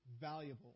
valuable